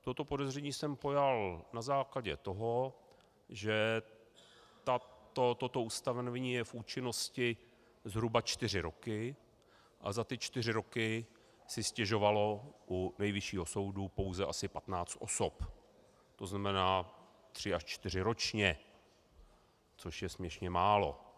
Toto podezření jsem pojal na základě toho, že toto ustanovení je v účinnosti zhruba čtyři roky a za ty čtyři roky si stěžovalo u Nejvyššího soudu pouze asi patnáct osob, tzn. tři až čtyři ročně, což je směšně málo.